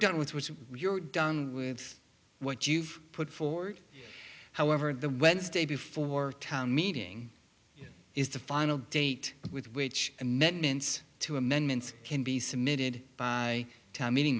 done with which you're done with what you've put forward however the wednesday before town meeting is the final date with which amendments two amendments can be submitted by town meeting